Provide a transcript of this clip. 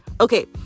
okay